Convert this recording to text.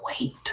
wait